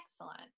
Excellent